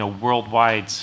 worldwide